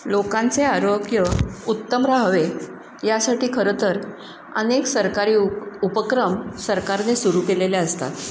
लोकांचे आरोग्य उत्तम राहावे यासाठी खरं तर अनेक सरकारी उपक्रम सरकारने सुरू केलेले असतात